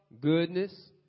goodness